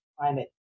climate